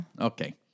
Okay